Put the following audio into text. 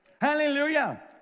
Hallelujah